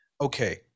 okay